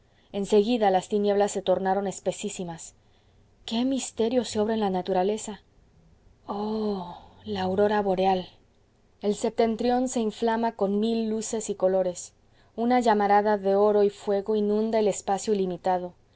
seguida las tinieblas se tornaron espesísimas qué misterio se obra en la naturaleza oh la aurora boreal el septentrión se inflama con mil luces y colores una llamarada de oro y fuego inunda el espacio ilimitado